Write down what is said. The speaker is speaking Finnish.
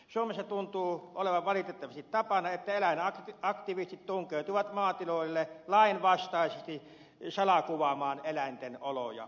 suomessa tuntuu olevan valitettavasti tapana että eläinaktivistit tunkeutuvat maatiloille lainvastaisesti salakuvaamaan eläinten oloja